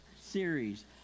Series